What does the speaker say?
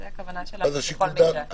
זו הכוונה שלנו בכל מקרה.